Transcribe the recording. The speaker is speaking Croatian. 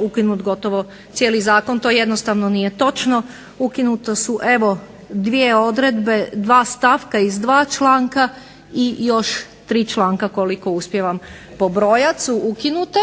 ukinut gotovo cijeli zakon. To jednostavno nije točno. Ukinute su evo dvije odredbe, dva stavka iz dva članka i još tri članka koliko uspijevam pobrojat su ukinute,